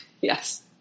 Yes